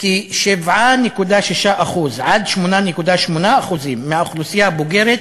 היא כי 7.6% 8.8% מהאוכלוסייה הבוגרת